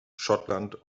schottland